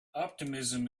optimism